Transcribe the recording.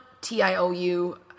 T-I-O-U